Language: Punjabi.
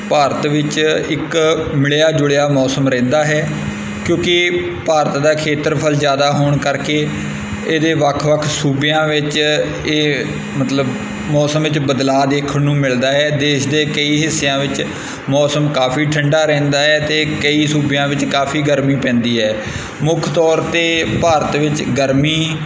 ਭਾਰਤ ਵਿੱਚ ਇੱਕ ਮਿਲਿਆ ਜੁਲਿਆ ਮੌਸਮ ਰਹਿੰਦਾ ਹੈ ਕਿਉਂਕਿ ਭਾਰਤ ਦਾ ਖੇਤਰਫਲ ਜ਼ਿਆਦਾ ਹੋਣ ਕਰਕੇ ਇਹਦੇ ਵੱਖ ਵੱਖ ਸੂਬਿਆਂ ਵਿੱਚ ਇਹ ਮਤਲਬ ਮੌਸਮ 'ਚ ਬਦਲਾਅ ਦੇਖਣ ਨੂੰ ਮਿਲਦਾ ਹੈ ਦੇਸ਼ ਦੇ ਕਈ ਹਿੱਸਿਆਂ ਵਿੱਚ ਮੌਸਮ ਕਾਫ਼ੀ ਠੰਡਾ ਰਹਿੰਦਾ ਹੈ ਅਤੇ ਕਈ ਸੂਬਿਆਂ ਵਿੱਚ ਕਾਫ਼ੀ ਗਰਮੀ ਪੈਂਦੀ ਹੈ ਮੁੱਖ ਤੌਰ 'ਤੇ ਭਾਰਤ ਵਿੱਚ ਗਰਮੀ